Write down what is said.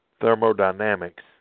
thermodynamics